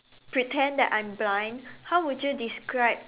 pretend that I'm blind how would you describe